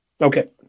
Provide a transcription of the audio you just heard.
Okay